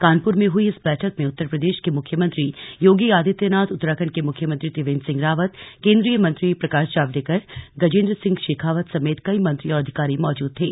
कानपुर में हुई इस बैठक में उत्तर प्रदेश के मुख्यमंत्री योगी आदित्यानाथ उत्तराखंड के मुख्यमंत्री त्रिवेन्द्र सिंह रावत केन्द्रीय मंत्री प्रकाश जावडेकर गजेन्द्र सिंह शेखावत समेत कई मंत्री और अधिकारी मौजूद थे